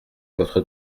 votre